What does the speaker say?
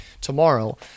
tomorrow